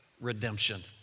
redemption